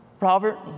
Robert